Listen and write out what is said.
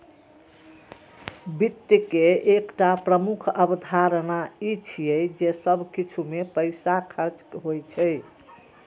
वित्त के एकटा प्रमुख अवधारणा ई छियै जे सब किछु मे पैसा खर्च होइ छै